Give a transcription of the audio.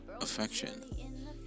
affection